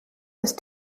ist